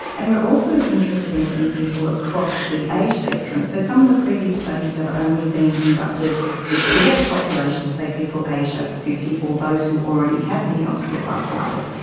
and we are also interested in getting people across the age spectrum some of the previous studies have only been conducted with select populations, say people aged over fifty, or those who already have knee osteoarthritis,